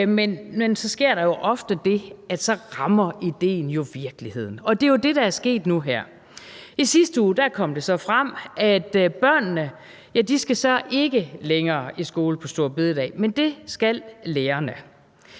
men så sker der jo ofte det, at så rammer idéen virkeligheden. Og det er jo det, der er sket nu. I sidste uge kom det så frem, at børnene ikke længere skal i skole på store bededag, men at det skal lærerne.